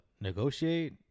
Negotiate